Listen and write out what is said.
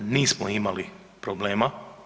Nismo imali problema.